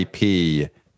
IP